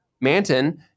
Manton